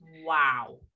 Wow